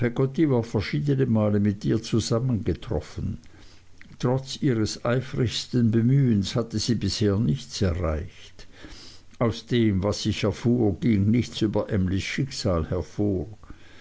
verschiedene male mit ihr zusammengetroffen trotz ihres eifrigsten bemühens hatte sie bisher nichts erreicht aus dem was ich erfuhr ging nichts über emlys schicksal hervor